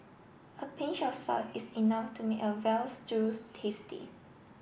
a pinch of salt is enough to make a veal stew tasty